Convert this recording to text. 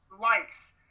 likes